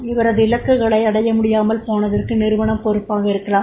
அவரது இலக்குகளை அடைய முடியாமல் போனதற்கு நிருவனம் பொறுப்பாக இருக்கலாம்